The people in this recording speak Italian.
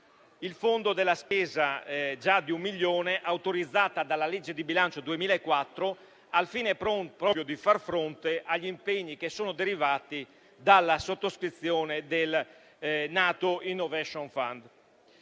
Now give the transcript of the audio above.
il fondo della spesa, che ammonta già a un milione, autorizzata dalla legge di bilancio 2004, al fine di far fronte agli impegni derivati dalla sottoscrizione del NATO Innovation Fund.